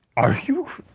are you,